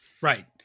right